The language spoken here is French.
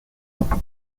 otto